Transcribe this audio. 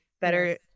better